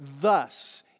thus